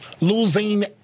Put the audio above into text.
losing